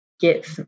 get